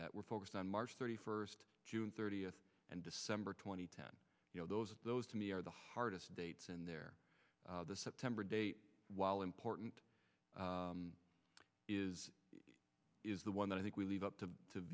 that we're focused on march thirty first june thirtieth and december two thousand and ten you know those those to me are the hardest dates and they're the september date while important is is the one that i think we leave up to